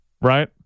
right